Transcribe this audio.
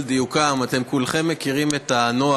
רק להעמיד דברים על דיוקם: אתם כולכם מכירים את הנוהל